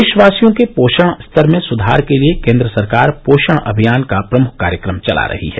देशवासियों के पोषण स्तर में सुधार के लिए केन्द्र सरकार पोषण अभियान का प्रमुख कार्यक्रम चला रही है